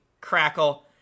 crackle